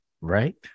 Right